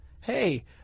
hey